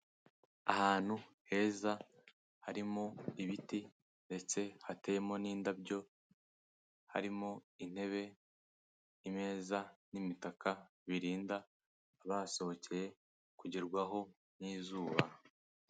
Ahantu heza harimo ibiti ndetse hatemo n'indabyo, harimo intebe, imeza n'imitaka birinda abahasohokeye kugerwaho n'izuba.